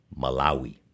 Malawi